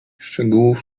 szczegółów